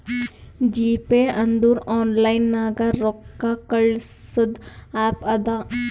GPay ಅಂದುರ್ online ನಾಗ್ ರೊಕ್ಕಾ ಕಳ್ಸದ್ ಆ್ಯಪ್ ಅದಾ